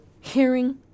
hearing